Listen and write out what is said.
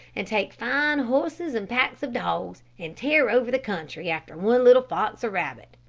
and take fine horses and packs of dogs, and tear over the country after one little fox or rabbit.